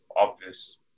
obvious